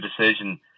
decision